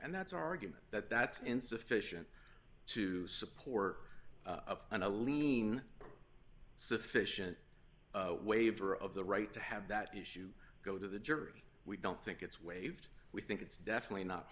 and that's argument that that's insufficient to support and a lean sufficient waiver of the right to have that issue go to the jury we don't think it's waived we think it's definitely not